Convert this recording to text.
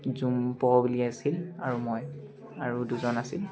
jump বুলি আছিল আৰু মই আৰু দুজন আছিল